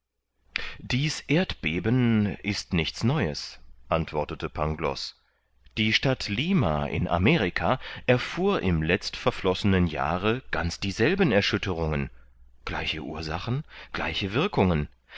dies erdbeben ist nichts neues antwortete pangloß die stadt lima in amerika erfuhr im letztverflossenen jahre ganz dieselben erschütterungen gleiche ursachen gleiche wirkungen